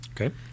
Okay